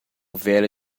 velho